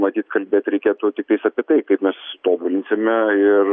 matyt kalbėt reikėtų tiktais apie tai kaip mes tobulinsime ir